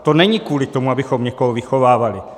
To není kvůli tomu, abychom někoho vychovávali.